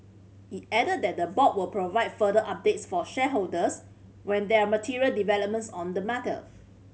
it added that the board will provide further updates for shareholders when there are material developments on the matter